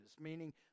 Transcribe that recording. meaning